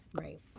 Right